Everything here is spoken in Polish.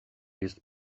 jest